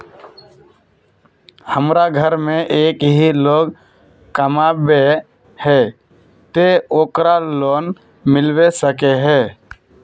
हमरा घर में एक ही लोग कमाबै है ते ओकरा लोन मिलबे सके है?